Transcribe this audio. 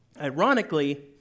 Ironically